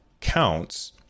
counts